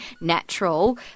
natural